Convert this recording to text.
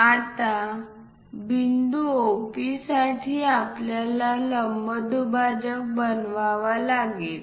आता बिंदू OP साठी आपल्याला लंब दुभाजक बनवावा लागेल